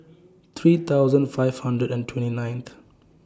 three thousand five hundred and twenty ninth